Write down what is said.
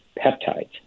peptides